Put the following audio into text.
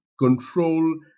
control